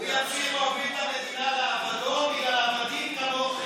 הוא ימשיך להוביל את המדינה לאבדון בגלל עבדים כמוכם.